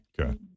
Okay